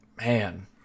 man